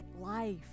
life